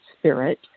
spirit